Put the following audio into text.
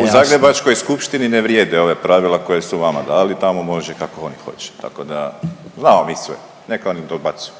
U Zagrebačkoj skupštini ne vrijede ova pravila koja su vama dali tamo može kako oni hoće tako da znamo mi sve neka oni dobacuju.